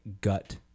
gut